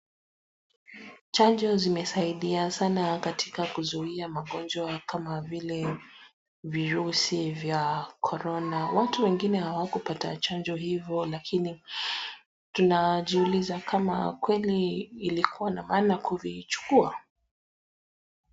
Chanjo zimesaidia sana katika kuzuia magonjwa kama vile virusi vya korona. Watu wengine hawakupata chanjo hivo lakini tunajiuliza kweli ilikua na maana kuichukua?